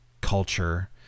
culture